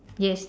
yes